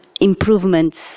improvements